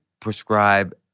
prescribe